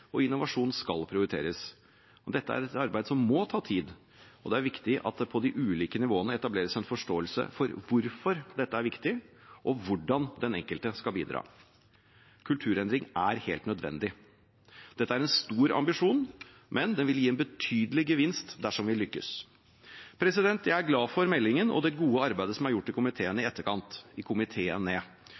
og innovasjon skal prioriteres. Dette er et arbeid som må ta tid, og det er viktig at det på de ulike nivåene etableres en forståelse for hvorfor dette er viktig, og hvordan den enkelte skal bidra. Kulturendring er helt nødvendig. Dette er en stor ambisjon, men den vil gi en betydelig gevinst dersom vi lykkes. Jeg er glad for meldingen og det gode arbeidet som er gjort i komiteene i etterkant. Meldingen har blitt godt mottatt, og jeg synes lederen i